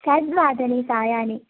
षड्वादने सायाह्ने